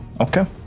Okay